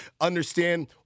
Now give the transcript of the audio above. understand